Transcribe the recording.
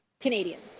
canadians